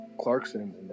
Clarkson